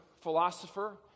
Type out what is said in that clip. philosopher